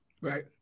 Right